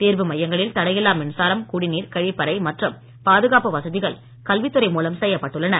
தேர்வு மையங்களில் தடையில்லா மின்சாரம் குடிநீர் கழிப்பறை மற்றம் பாதுகாப்பு வசதிகள் கல்வித்துறை மூலம் செய்யப்பட்டுள்ளன